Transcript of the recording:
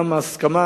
גם ההסכמה